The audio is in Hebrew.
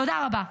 תודה רבה.